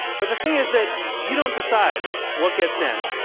but the thing is that you don't decide what gets in,